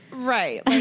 Right